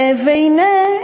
והנה,